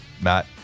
Matt